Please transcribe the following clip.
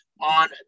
on